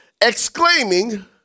exclaiming